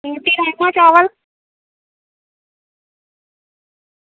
रुट्टी राजमांह् चावल